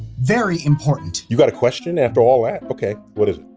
very important. you've got a question after all that? okay. what is it?